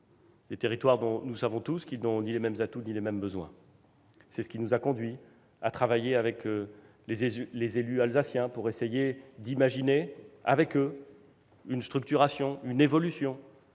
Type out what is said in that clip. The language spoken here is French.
des territoires dont nous savons tous qu'ils n'ont ni les mêmes atouts ni les mêmes besoins. C'est ce qui nous a conduits à travailler avec les élus alsaciens pour essayer d'imaginer avec eux une structuration, une évolution